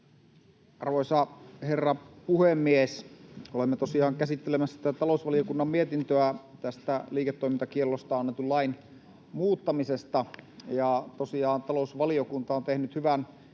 Arvoisa herra puhemies! Olemme tosiaan käsittelemässä talousvaliokunnan mietintöä liiketoimintakiellosta annetun lain muuttamisesta. Talousvaliokunta on tehnyt hyvän